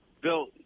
Bill